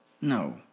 No